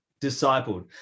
discipled